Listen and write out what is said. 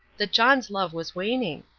that john's love was waning.